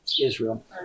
Israel